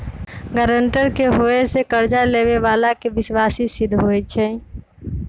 guarantor के होय से कर्जा लेबेय बला के विश्वासी सिद्ध होई छै